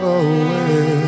away